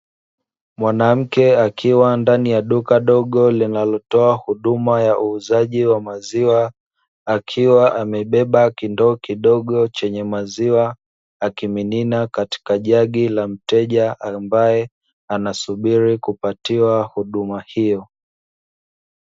Mwanamke akiwa ndani ya duka dogo linalotoa huduma ya uuzaji wa maziwa, akiwa amebeba kindoo kidogo chenye maziwa, akimimina katika jagi la mteja ambaye anasubiri kupatiwa huduma hiyo.